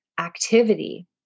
activity